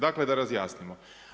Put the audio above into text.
Dakle, da razjasnimo.